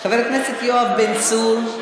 חבר הכנסת יואב בן צור,